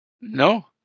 No